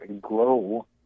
grow